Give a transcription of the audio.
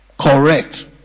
Correct